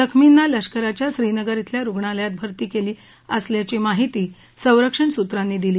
जखमीना लष्काराच्या श्रीनगर श्रील्या रुग्णालयात भरती केलं असल्याची माहिती सरंक्षण सुत्रांनी दिली